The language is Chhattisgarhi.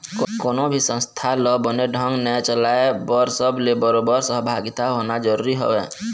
कोनो भी संस्था ल बने ढंग ने चलाय बर सब के बरोबर सहभागिता होना जरुरी हवय